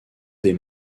des